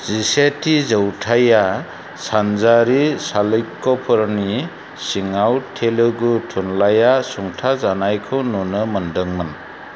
जिसेथि जौथाया सानजारि चालुक्य'फोरनि सिङाव तेलुगु थुनलाइया सुंथा जानायखौ नुनो मोनदोंमोन